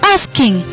Asking